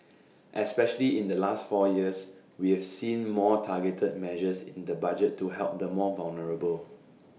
especially in the last four years we have seen more targeted measures in the budget to help the more vulnerable